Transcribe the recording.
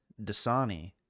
Dasani